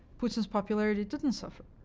putin's popularity didn't suffer,